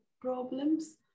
problems